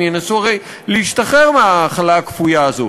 הם ינסו הרי להשתחרר מההאכלה הכפויה הזאת,